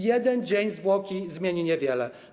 Jeden dzień zwłoki zmieni niewiele.